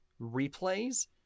replays